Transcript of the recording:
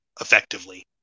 effectively